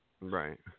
Right